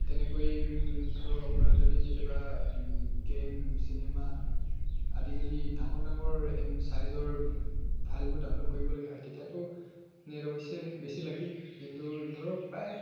তেনেকৈ ধৰক আপোনাৰ যদি কেতিয়াবা গেম চিনেমা আদি যদি ডাঙৰ ডাঙৰ এম চাইজৰ ফাইলবোৰ ডাউনলোড কৰিবলগীয়া হয় তেতিয়াতো নেট অৱশ্যে বেছি লাগে কিন্তু ধৰক প্ৰায়